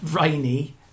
rainy